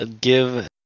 give